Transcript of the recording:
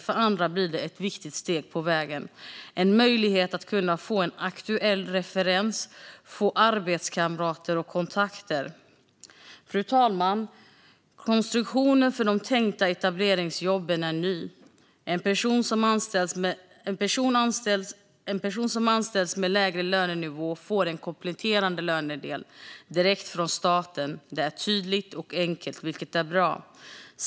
För andra blir det ett viktigt steg på vägen och en möjlighet att kunna få en aktuell referens, få arbetskamrater och kontakter. Fru talman! Konstruktionen för de tänkta etableringsjobben är ny. En person som anställs med lägre lönenivå får en kompletterande lönedel direkt från staten. Det är tydligt och enkelt, vilket är bra.